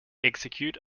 execute